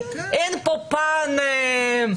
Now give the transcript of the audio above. אין פה פן להתריס,